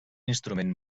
instrument